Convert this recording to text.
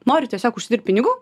nori tiesiog užsidirbti pinigų